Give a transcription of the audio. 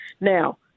Now